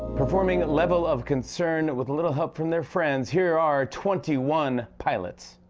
performing level of concern with a little help from their friends, here are twenty one pilots.